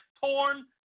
torn